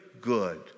good